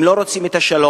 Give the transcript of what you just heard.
הם לא רוצים את השלום.